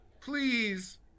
please